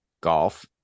golf